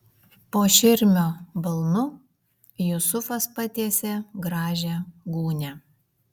po širmio balnu jusufas patiesė gražią gūnią